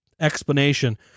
explanation